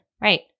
Right